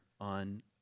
on